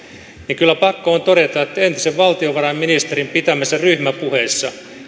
niin kyllä pakko on todeta että entisen valtiovarainministerin pitämässä ryhmäpuheessa